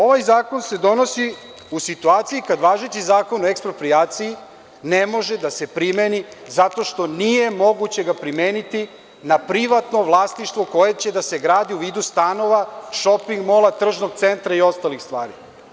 Ovaj zakon se donosi u situaciji kada važeći Zakon o eksproprijaciji ne može da se primeni, zato što nije moguće ga primeniti na privatno vlasništvo koje će da se gradi u vidu stanova, šoping molova, tržnog centra i ostalih stvari.